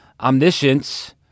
omniscience